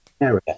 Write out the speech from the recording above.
area